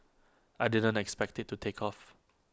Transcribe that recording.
I didn't expect IT to take off